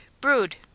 Brood